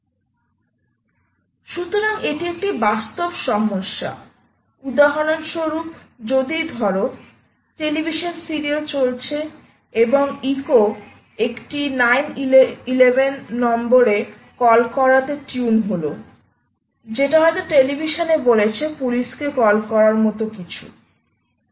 সুতরাং এটি একটি বাস্তব সমস্যা উদাহরণস্বরূপ যদি ধরো টেলিভিশন সিরিয়াল চলছে এবং ইকো একটি 9 1 1 নম্বরে কল করাতে টিউন হলো যেটা হয়তো টেলিভিশন এ বলেছে পুলিশকে কল করার মতো কিছু তাহলে কি হবে